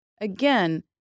Again